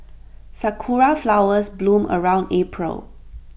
Sakura Flowers bloom around April